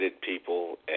people